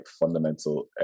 fundamental